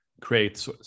create